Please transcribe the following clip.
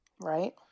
Right